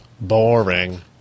Boring